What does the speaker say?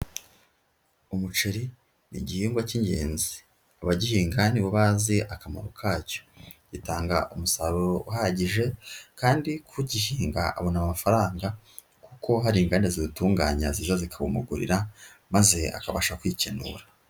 Umuceri ni igihingwa cy'ingenzi. Abagihinga ni bo bazi akamaro kacyo, gitanga umusaruro uhagije kandi ku ugihinga abona amafaranga kuko hari inganda ziwutunganya ziza zikawumugurira maze akabasha kwikenura.